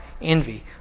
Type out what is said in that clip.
envy